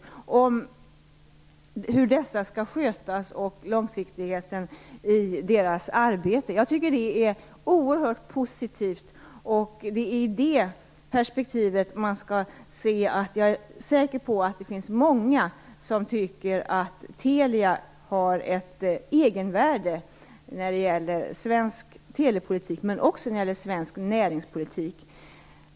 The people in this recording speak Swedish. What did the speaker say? Det gäller hur dessa skall skötas och långsiktigheten i deras arbete. Jag tycker att det är oerhört positivt. Det är i det perspektivet man skall se mitt uttalande. Jag är säker på att det finns många som tycker att Telia har ett egenvärde när det gäller svensk telepolitik, men också när det gäller svensk näringspolitik.